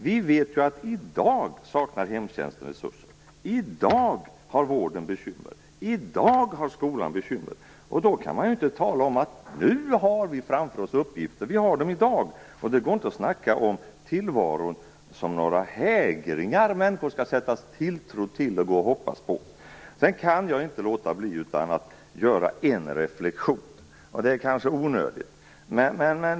Vi vet att hemtjänsten i dag saknar resurser, att vården i dag har bekymmer, att skolan i dag har bekymmer. Då kan man inte tala om att vi har uppgifter framför oss. Vi har dem i dag. Det går inte att tala om tillvaron som hägringar som människor skall sätta tilltro till och gå och hoppas på. Jag kan inte låta bli att göra en reflexion, även om det kanske är onödigt.